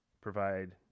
provide